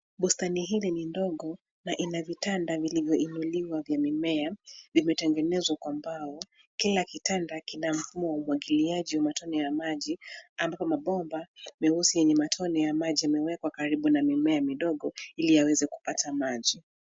Bustani hili ni ndogo, na ina vitanda vilivyo inuliwa vya mimea, vimetengenezwa kwa mbao, kila kitanda kina mfumo wa umwagiliaji wa matone ya maji ambapo mabomba meusi yenye matone ya maji, yameekwa karibu na mimea midogo ile yaweze kupata maji.